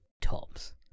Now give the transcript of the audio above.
Tops